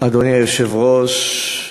אדוני היושב-ראש,